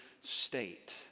state